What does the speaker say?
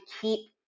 keep